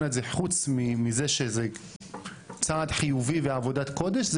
הזה חוץ מזה שזה צעד חיובי ועבודת קודש,